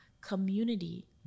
community